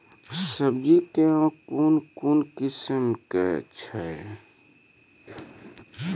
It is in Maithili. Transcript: उर्वरक कऽ कून कून किस्म छै?